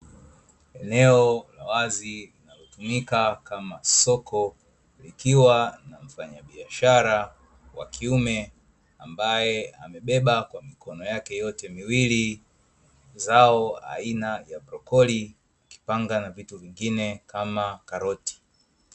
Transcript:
Eneo la wazi linalotumika kama soko, likiwa na mfanyabiashara wa kiume ambaye amebeba kwa mikono yake yote miwili zao aina ya brokoli, akipanga na vitu vingine kama karoti.